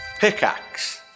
Pickaxe